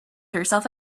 herself